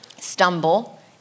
stumble